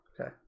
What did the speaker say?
okay